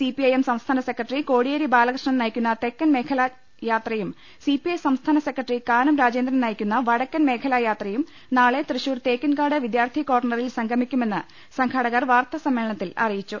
CPIM സംസ്ഥാന secretary Kodiyeri Balakrishnan നയിക്കുന്ന തെക്കൻ മേഖലാ യാത്രയും സിപിഐ സംസ്ഥാന സെക്രട്ടറി കാനം രാജേന്ദ്രൻ നയിക്കുന്ന വടക്കൻ മേഖലാ യാത്രയും നാളെ തൃശൂർ തേക്കിൻകാട് വിദ്യാർഥി കോർണറിൽ സംഗമിക്കുമെന്ന് സംഘാടകർ വാർത്തസ മ്മേളനത്തിൽ അറിയിച്ചു